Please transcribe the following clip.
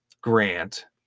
Grant